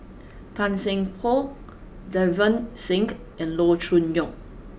Tan Seng Poh Davinder Singh and Loo Choon Yong